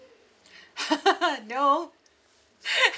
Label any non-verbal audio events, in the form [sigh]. [laughs] no [laughs]